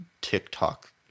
TikTok